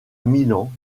milan